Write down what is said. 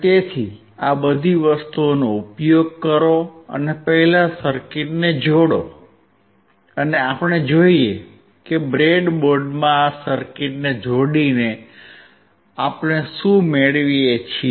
તેથી આ બધી વસ્તુઓનો ઉપયોગ કરો અને પહેલા સર્કિટને જોડો અને આપણે જોઈએ કે બ્રેડબોર્ડમાં આ સર્કિટને જોડીને આપણે શું મેળવીએ છીએ